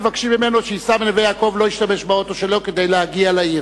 מבקשים ממנו שייסע מנווה-יעקב ולא ישתמש באוטו שלו כדי להגיע לעיר,